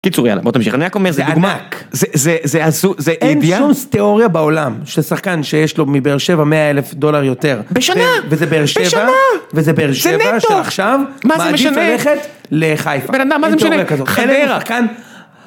קיצור יאללה בוא תמשיך, אני רק אומר זה דוגמה. זה ענק. זה הזוי... זה... אין שום תיאוריה בעולם, של שחקן שיש לו מבאר שבע מאה אלף דולר יותר. בשנה! וזה באר שבע... בשנה! וזה באר שבע של עכשיו... זה נטו! מה זה משנה? מעדיף ללכת לחיפה. בן אדם מה זה משנה? חדרה! כאן...